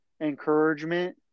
encouragement